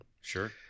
sure